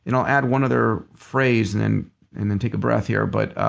and i'll add one other phrase and and and then take a breath here but